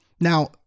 Now